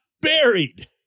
buried